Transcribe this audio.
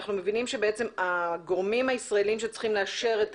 אנחנו מבינים שהגורמים הישראליים שצריכים לאשר את